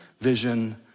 vision